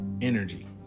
energy